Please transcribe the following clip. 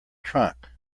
trunk